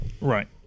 Right